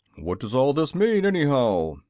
what does all this mean, anyhow?